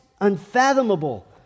unfathomable